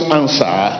answer